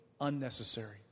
unnecessary